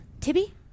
Tibby